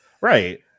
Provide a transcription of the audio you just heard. Right